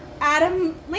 Adam